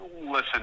Listen